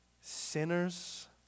Sinners